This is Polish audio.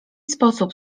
sposób